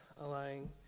allowing